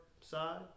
side